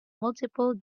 multiple